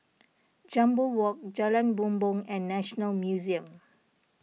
Jambol Walk Jalan Bumbong and National Museum